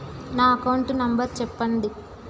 నా account number చెప్పండి?